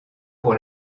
pour